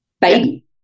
baby